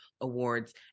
awards